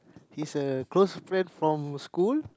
he is a close friend from school